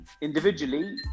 individually